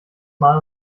mal